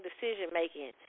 decision-making